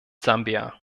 sambia